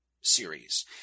series